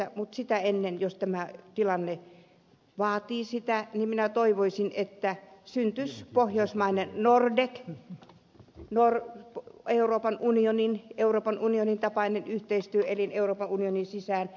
mutta sitä ennen jos tilanne vaatii sitä minä toivoisin että syntyisi pohjoismainen nordek euroopan unionin tapainen yhteistyöelin euroopan unionin sisään